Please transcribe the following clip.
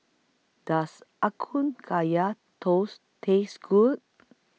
Does Are Kun Kaya Toast Taste Good